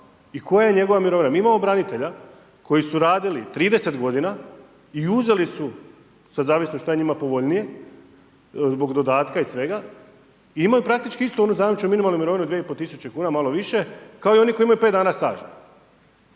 i koja je njegova mirovina. Mi imamo branitelja koji su radili 30 g. i uzeli su sad zavisi šta je njima povoljnije zbog dodatka i svega, imaju praktički istu onu zajamčenu minimalnu mirovinu 2500 kuna, malo više kao i oni koji imaju 5 dana staža